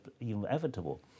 inevitable